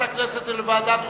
לוועדת הכנסת ולוועדת החוקה,